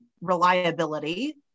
reliability